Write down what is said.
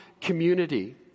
community